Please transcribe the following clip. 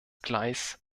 gleis